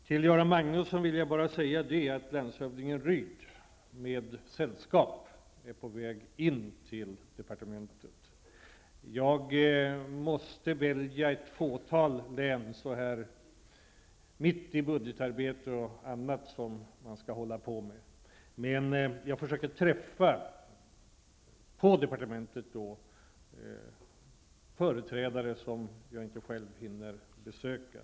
Till Göran Magnusson vill jag bara säga att landshövdingen Rydh med sällskap är på väg in till departementet. Jag måste välja att besöka bara ett fåtal län så här mitt i budgetarbetet och arbetet med andra uppgifter, men jag försöker att på departementet träffa företrädare för län som jag inte själv hinner besöka.